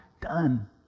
done